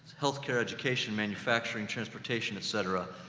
healthcare, education, manufacturing, transportation, et cetera,